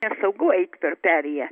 nesaugu eit per perėją